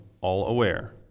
all-aware